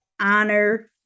honor